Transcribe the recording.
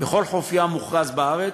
בכל חוף ים מוכרז בארץ.